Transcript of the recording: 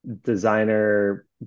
designer